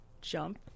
jump